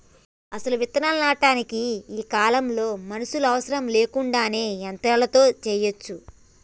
అసలు ఇత్తనాలు నాటటానికి ఈ కాలంలో మనుషులు అవసరం లేకుండానే యంత్రాలతో సెయ్యచ్చు